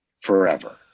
forever